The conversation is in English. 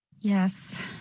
Yes